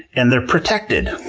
and they're protected.